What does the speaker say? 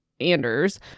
Anders